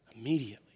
immediately